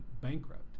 bankrupt